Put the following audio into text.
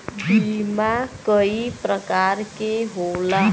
बीमा कई परकार के होला